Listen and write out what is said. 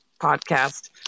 podcast